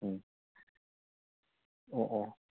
ꯎꯝ ꯑꯣ ꯑꯣ